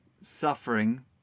suffering